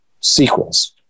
sequels